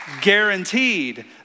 guaranteed